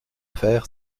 fer